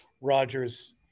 rogers